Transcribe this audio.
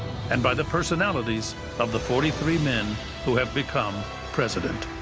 and by the personalities of the forty three men who have become president.